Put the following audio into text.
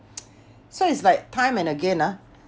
so it's like time and again ah